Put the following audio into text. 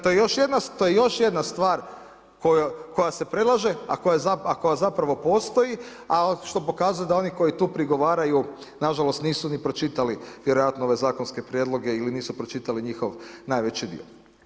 To je još jedna stvar koja se predlaže, a koja zapravo postoji, a što pokazuje da oni koji tu prigovaraju nažalost nisu ni pročitali vjerojatno ove zakonske prijedloge ili nisu pročitali njihov najveći dio.